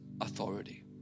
authority